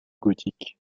gothique